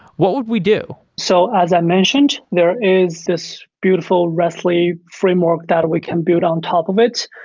what would we do? so as i mentioned, there is this beautiful rest li framework that we can build on top of it.